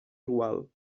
igual